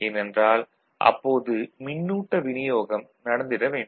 ஏனென்றால் அப்போது மின்னூட்ட விநியோகம் நடந்திட வேண்டும்